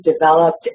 developed